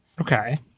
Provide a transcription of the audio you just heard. Okay